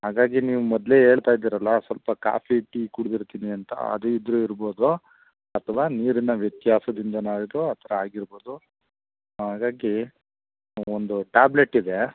ಹಾಗಾಗಿ ನೀವು ಮೊದಲೇ ಹೇಳ್ತಾ ಇದ್ದೀರಲ್ಲ ಸ್ವಲ್ಪ ಕಾಫಿ ಟೀ ಕುಡಿದಿರ್ತೀನಿ ಅಂತ ಅದು ಇದ್ದರೂ ಇರ್ಬೋದು ಅಥವಾ ನೀರಿನ ವ್ಯತ್ಯಾಸದಿಂದಲೂ ಆಯಿತು ಆ ಥರ ಆಗಿರ್ಬೋದು ಹಾಗಾಗಿ ಒಂದು ಟ್ಯಾಬ್ಲೆಟ್ ಇದೆ